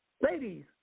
Ladies